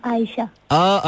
Aisha